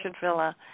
Villa